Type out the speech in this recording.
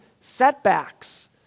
setbacks